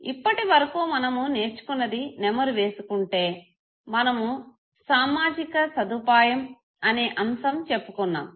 ఇప్పటి వరకు మనము నేర్చుకున్నది నెమరువేసుకుంటే మనము సామజిక సదుపాయం అనే అంశం చెప్పుకున్నాము